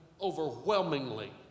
overwhelmingly